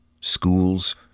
schools